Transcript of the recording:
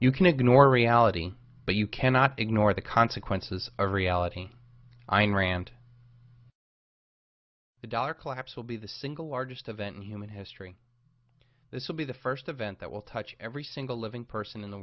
you can ignore reality but you cannot ignore the consequences of reality iran to the dollar collapse will be the single largest event in human history this will be the first event that will touch every single living person in the